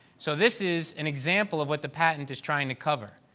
so, this is an example of what the patent is trying to cover.